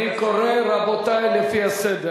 אני קורא, רבותי, לפי הסדר.